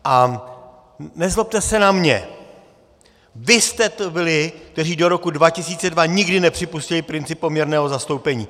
A nezlobte se na mě, vy jste to byli, kteří do roku 2002 nikdy nepřipustili princip poměrného zastoupení!